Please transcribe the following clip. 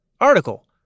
article